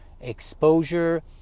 exposure